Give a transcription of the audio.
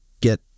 get